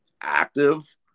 active